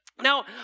Now